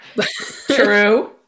True